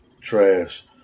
trash